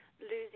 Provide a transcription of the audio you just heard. losing